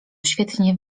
świetnie